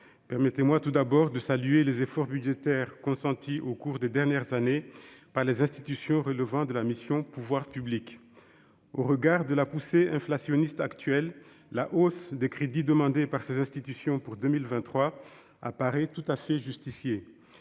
Permettez-moi tout d'abord de saluer les efforts budgétaires consentis au cours des dernières années par les institutions relevant de la mission « Pouvoirs publics ». Au regard de la poussée inflationniste actuelle, la hausse des crédits demandés à leur profit pour 2023 apparaît tout à fait justifiée.